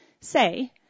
Say